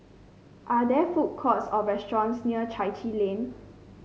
are there food courts or restaurants near Chai Chee Lane